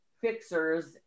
fixers